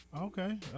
Okay